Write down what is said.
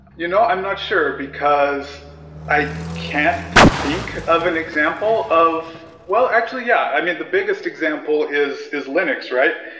you know, i'm not sure, because i can't think of an example of well, actually, yeah. i mean, the biggest example is is linux, right?